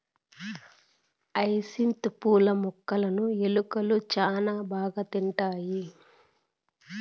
hyacinth పూల మొక్కలును ఎలుకలు శ్యాన బాగా తింటాయి